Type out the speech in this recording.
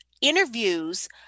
interviews